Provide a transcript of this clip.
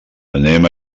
anem